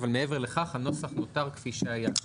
אך מעבר לכך הנוסח נותר כפי שהיה.